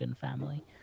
family